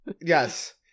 Yes